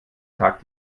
tag